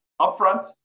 upfront